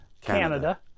Canada